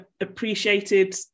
appreciated